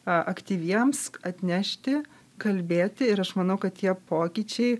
aktyviems atnešti kalbėti ir aš manau kad tie pokyčiai